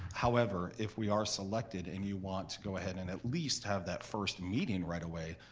however if we are selected and you want to go ahead and at least have that first meeting right away,